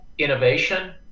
innovation